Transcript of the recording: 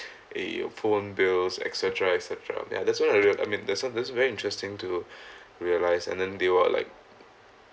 a phone bills et cetera et cetera ya that's one I mean that's that's very interesting to realise and then they were like